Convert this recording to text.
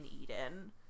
eden